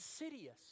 insidious